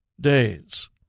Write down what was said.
days